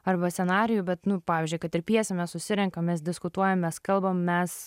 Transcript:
arba scenarijų bet nu pavyzdžiui kad ir pjesę mes susirenkam mes diskutuojam mes kalbam mes